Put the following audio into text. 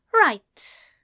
Right